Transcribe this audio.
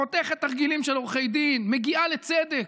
חותכת תרגילים של עורכי דין, מגיעה לצדק.